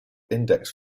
index